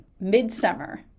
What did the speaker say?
mid-summer